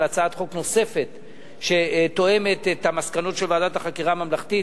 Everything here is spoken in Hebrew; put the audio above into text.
על הצעת חוק נוספת שתואמת את המסקנות של ועדת החקירה הממלכתית.